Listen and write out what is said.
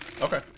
okay